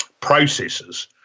processes